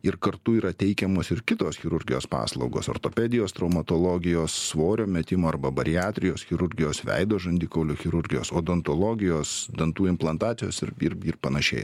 ir kartu yra teikiamos ir kitos chirurgijos paslaugos ortopedijos traumatologijos svorio metimo arba bariatrijos chirurgijos veido žandikaulių chirurgijos odontologijos dantų implantacijos ir ir ir panašiai